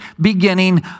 beginning